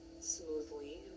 smoothly